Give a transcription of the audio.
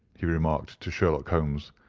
he remarked to sherlock holmes.